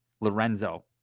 Lorenzo